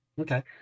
okay